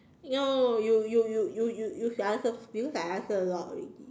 no you you you you you should answer because I answer a lot already